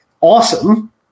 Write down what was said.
awesome